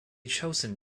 chosen